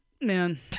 man